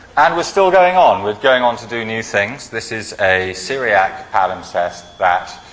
and we're still going on. we're going on to do new things. this is a syriac palimpsest that